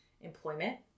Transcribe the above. employment